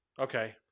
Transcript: Okay